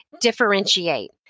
differentiate